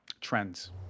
trends